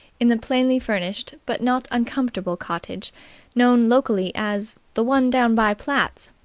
in the plainly-furnished but not uncomfortable cottage known locally as the one down by platt's.